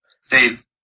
Steve